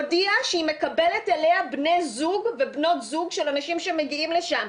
הודיעה שהיא מקבלת אליה בני ובנות זוג של אנשים שמגיעים לשם.